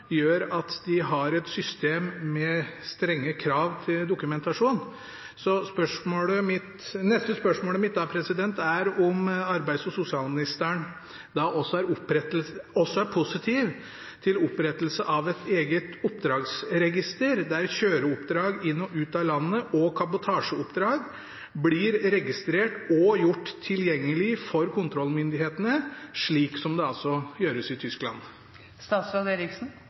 gjør at de har et system med strenge krav til dokumentasjon. Så det neste spørsmålet mitt er om arbeids- og sosialministeren også er positiv til opprettelse av et eget oppdragsregister, der kjøreoppdrag inn og ut av landet og kabotasjeoppdrag blir registrert og gjort tilgjengelig for kontrollmyndighetene, slik det gjøres i